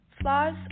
Flaws